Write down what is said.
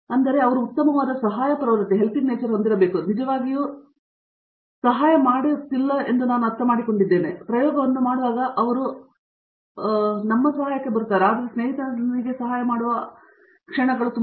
ಆದ್ದರಿಂದ ಅವರು ಉತ್ತಮವಾದ ಸಹಾಯ ಪ್ರವೃತ್ತಿಯನ್ನು ಹೊಂದಿರಬೇಕು ಮತ್ತು ಅವರು ನಿಜವಾಗಿಯೂ ಏನೂ ಸಹಾಯ ಮಾಡುತ್ತಿಲ್ಲವೆಂಬುದನ್ನು ನಾನು ಅರ್ಥಮಾಡಿಕೊಂಡಿದ್ದೇನೆ ನನ್ನ ಪ್ರಯೋಗವನ್ನು ಮಾಡುವಾಗ ಅವರು ನನ್ನ ಸಹಾಯಕ್ಕಾಗಿ ಹೋಗುತ್ತಿರುವಾಗ ನಾನು ನನ್ನ ಸ್ನೇಹಿತನಿಗೆ ಸಹಾಯ ಮಾಡುತ್ತಿರುವಾಗ ಹಾಗೆ ಇದೆ